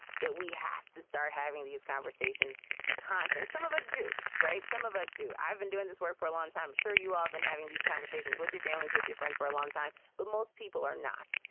that we have to start having these conversations consent. some of us do, right? some of us do. i've been doing this work for a long time. i'm sure you have been having these conversations with your families, with your friends for a long time. but most people are not.